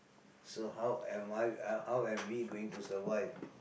so how am I how am we going to survive